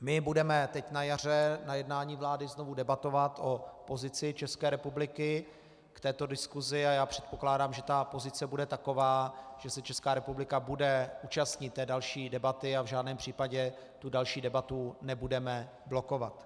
My budeme teď na jaře na jednání vlády znovu debatovat o pozici České republiky k této diskusi a já předpokládám, že ta pozice bude taková, že se Česká republika bude účastnit té další debaty a v žádném případě tu další debatu nebudeme blokovat.